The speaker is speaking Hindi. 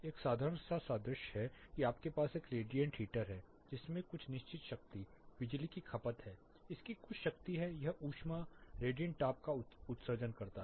एक साधारण सादृश्य है कि आपके पास एक रेडिएंट हीटर है जिसमें कुछ निश्चित शक्ति बिजली की खपत है इसकी कुछ शक्ति है यह ऊष्मा रेडिएंट ताप का उत्सर्जन करता है